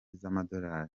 z’amadorali